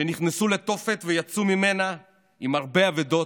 שנכנסו לתופת ויצאו ממנה עם הרבה אבדות,